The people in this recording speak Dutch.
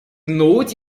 nooit